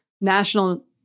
national